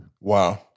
Wow